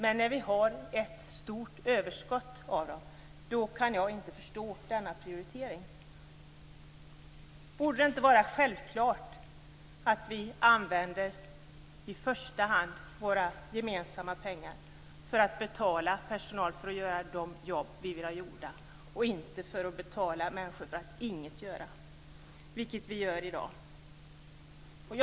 Men när det finns ett stort överskott av människor kan jag inte förstå gjorda prioritering. Borde det inte vara självklart att i första hand använda våra gemensamma pengar till att betala personal som gör de jobb som vi vill ha gjorda, inte till att betala människor för att ingenting göra, vilket vi i dag gör?